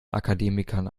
akademikern